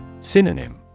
Synonym